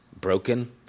broken